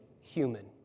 human